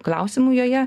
klausimų joje